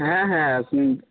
হ্যাঁ হ্যাঁ আপনি